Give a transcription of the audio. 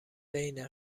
بین